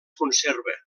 conserva